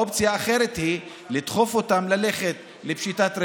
האופציה האחרת היא לדחוף אותם ללכת לפשיטת רגל,